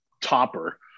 topper